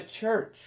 church